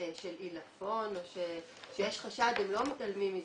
של עילפון או שיש חשד הם לא מתעלמים מזה.